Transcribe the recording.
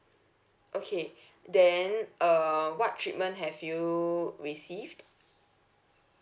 okay then uh what treatment have you received